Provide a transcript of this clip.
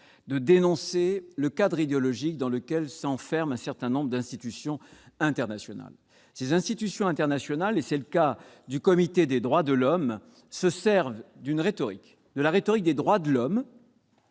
de dénoncer le cadre idéologique dans lequel s'enferment un certain nombre d'institutions internationales. Ces institutions internationales, et c'est le cas du Comité des droits de l'homme des Nations unies, se servent de la rhétorique des droits de l'homme